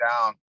down